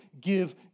give